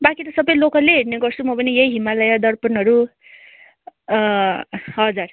बाँकी त सबै लोकलै हेर्ने गर्छु म पनि यही हिमालय दर्पणहरू हजुर